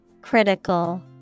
Critical